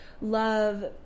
love